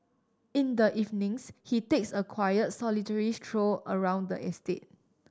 in the evenings he takes a quiet solitary stroll around the estate